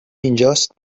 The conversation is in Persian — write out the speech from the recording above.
اینجاست